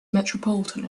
metropolitan